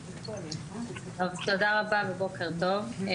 תודה רבה ובוקר טוב.